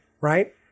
right